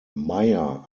meyer